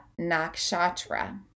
Nakshatra